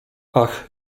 ach